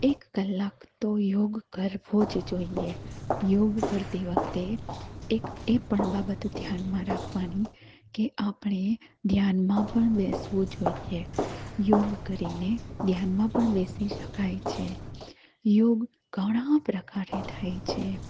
એક કલાક તો યોગ કરવો જ જોઈએ યોગ કરતી વખતે એક એ પણ બાબત ધ્યાનમાં રાખવાની કે આપણે ધ્યાનમાં પણ બેસવું જોઈએ યોગ કરીને ધ્યાનમાં પણ બેસી શકાય છે યોગ ઘણા પ્રકારે થાય છે